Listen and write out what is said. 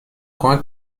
کمک